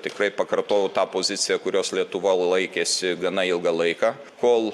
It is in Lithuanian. tikrai pakartojau tą poziciją kurios lietuva laikėsi gana ilgą laiką kol